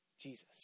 Jesus